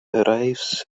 arrives